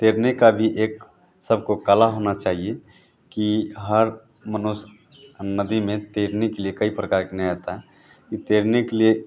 तैरने का भी एक सबको कला होनी चाहिए कि हर मनुष्य नदी में तैरने के लिए कई प्रकार में नहीं आता तैरने के लिए